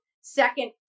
second